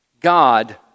God